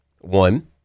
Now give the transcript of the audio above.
One